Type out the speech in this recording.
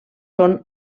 són